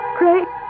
great